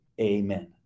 Amen